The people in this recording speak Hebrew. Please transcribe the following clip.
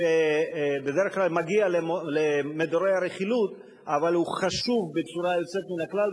שבדרך כלל מגיע למדורי הרכילות אבל הוא חשוב בצורה יוצאת מן הכלל,